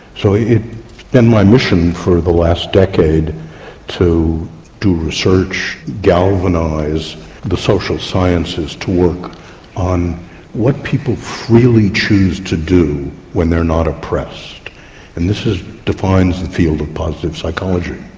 so it's yeah been my mission through the last decade to do research, galvanise the social sciences to work on what people freely choose to do when they are not oppressed and this defines the field of positive psychology.